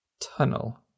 Tunnel